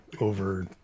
over